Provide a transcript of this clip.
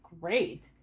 great